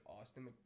Austin